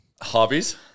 hobbies